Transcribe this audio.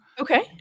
Okay